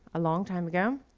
a long time ago,